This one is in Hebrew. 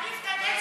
להניף את הדגל,